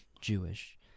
Jewish